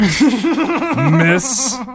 Miss